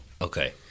Okay